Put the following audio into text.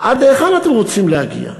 עד להיכן אתם רוצים להגיע?